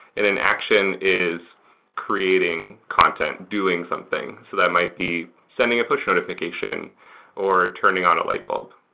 and then action is creating content, doing something. so that might be sending a push notification or turning on a light bulb.